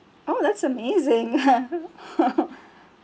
oh that's amazing